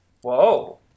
Whoa